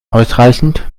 ausreichend